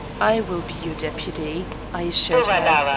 i will be your deputy, i assured her.